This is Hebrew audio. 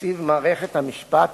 תקציב מערכת המשפט